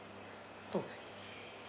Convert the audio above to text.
oh